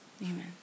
amen